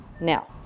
now